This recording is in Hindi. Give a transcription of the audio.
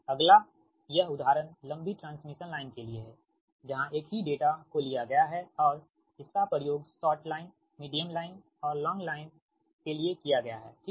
अगला यह उदाहरण लंबी ट्रांसमिशन लाइन के लिए है जहां एक ही डेटा को लिया गया है और इसका प्रयोग शॉर्ट लाइन मीडियम लाइन और लॉन्ग लाइन के लिए किया गया है ठीक है